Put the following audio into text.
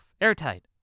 Airtight